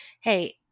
hey